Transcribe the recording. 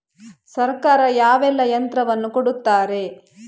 ಸರ್ಕಾರ ಯಾವೆಲ್ಲಾ ಯಂತ್ರವನ್ನು ಕೊಡುತ್ತಾರೆ?